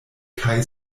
kaj